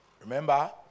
Remember